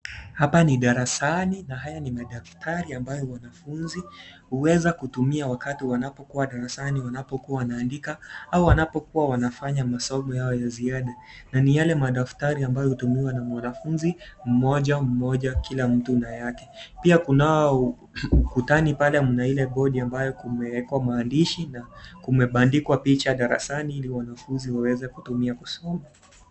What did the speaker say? Hapa ni darasani na haya ni madaftari ambayo wanafunzi huweza kutumia wakati wanapokuwa darasani wanapokuwa wanaandika au wanapokuwa wanafanya masomo yao ya ziada na ni yale madaftari ambayo hutumiwa na mwanafunzi mmoja mmoja kila mtu na yake, pia kunao ukutani pale mnaile bodi ambayo imeekwa maandishi na kumebandikwa picha darasani ili wanafunzi waweze kutumia kusoma.